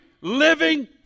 living